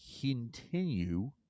continue